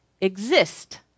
exist